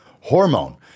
hormone